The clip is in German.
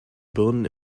birnen